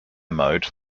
mode